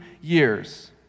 years